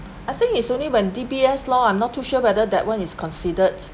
I think it's only when D_B_S_ lah I'm not too sure whether that one is considered